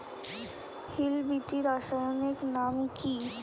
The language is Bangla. হিল বিটি রাসায়নিক নাম কি?